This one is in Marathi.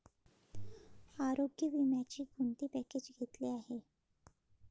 आरोग्य विम्याचे कोणते पॅकेज घेतले आहे?